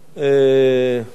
אדוני היושב-ראש,